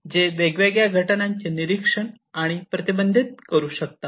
जे वेगवेगळ्या घटनांचे निरीक्षण आणि प्रतिबंधित करू शकतात